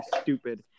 stupid